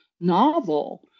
novel